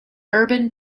urban